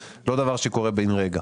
זה לא דבר שקורה בין רגע.